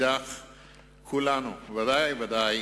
כולנו ודאי וודאי